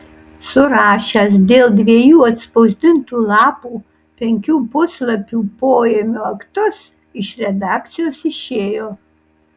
surašęs dėl dviejų atspausdintų lapų penkių puslapių poėmio aktus iš redakcijos išėjo